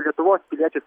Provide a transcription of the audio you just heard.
lietuvos pilietis